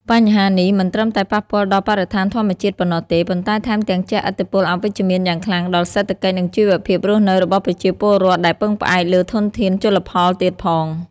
បញ្ហានេះមិនត្រឹមតែប៉ះពាល់ដល់បរិស្ថានធម្មជាតិប៉ុណ្ណោះទេ ប៉ុន្តែថែមទាំងជះឥទ្ធិពលអវិជ្ជមានយ៉ាងខ្លាំងដល់សេដ្ឋកិច្ច និងជីវភាពរស់នៅរបស់ប្រជាពលរដ្ឋដែលពឹងផ្អែកលើធនធានជលផលទៀតផង។